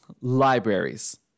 libraries